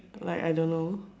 like I don't know